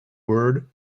word